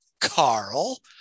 carl